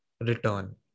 return